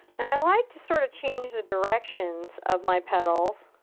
i like to sort of change the directions of my petals.